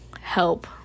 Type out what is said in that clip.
help